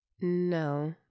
No